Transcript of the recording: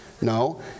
No